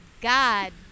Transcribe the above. God